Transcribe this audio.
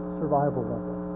survival-level